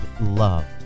love